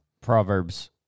Proverbs